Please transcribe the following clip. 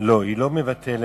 לא, היא לא מבטלת.